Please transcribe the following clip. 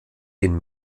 den